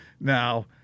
now